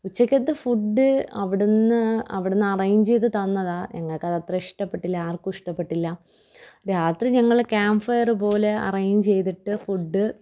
ഉച്ചയ്ക്കത്തെ food അവിടുന്ന് അവിടുന്ന് അറേഞ്ചേയ്ത് തന്നതാണ് ഞങ്ങള്ക്കതത്ര ഇഷ്ടപ്പെട്ടില്ല ആർക്കും ഇഷ്ടപ്പെട്ടില്ല രാത്രി ഞങ്ങള് ക്യാമ്പ് ഫയര് പോലെ അറേഞ്ചേയ്തിട്ട് ഫുഡ്